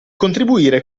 contribuire